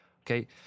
okay